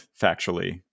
factually